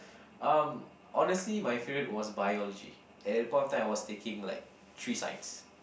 um honestly my favorite was Biology at that point of time I was taking like three science